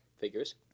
Figures